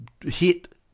hit